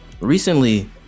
recently